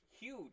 huge